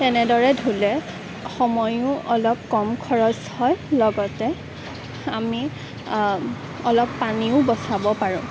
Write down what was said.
তেনেদৰে ধুলে সময়ো অলপ কম খৰচ হয় লগতে আমি অলপ পানীও বচাব পাৰোঁ